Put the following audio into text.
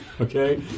okay